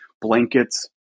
blankets